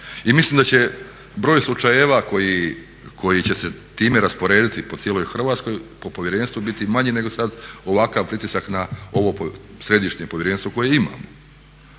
i mislim da će broj slučajeva koji će se time rasporediti po cijeloj Hrvatskoj, po povjerenstvu biti manji nego sad ovakav pritisak na ovo središnje povjerenstvo koje imamo.